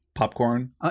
Popcorn